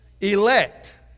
elect